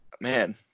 man